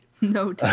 No